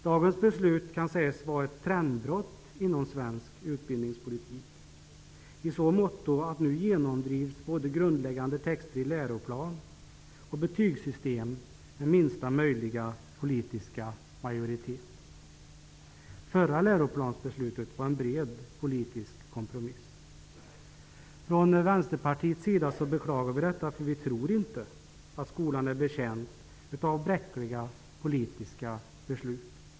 Dagens beslut kan sägas innebära ett trendbrott inom svensk utbildningspolitik i så måtto att nu genomdrivs både grundläggande texter i läroplanen och ett betygssystem med minsta möjliga politiska majoritet. Det förra läroplansbeslutet byggde på en bred politisk kompromiss. I Vänsterpartiet beklagar vi detta, eftersom vi inte tror att skolan är betjänt av bräckliga politiska beslut.